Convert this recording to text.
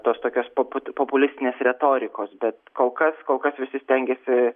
tos tokios paput populistinės retorikos bet kol kas kol kas visi stengiasi